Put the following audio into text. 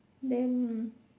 then